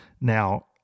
now